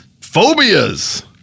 phobias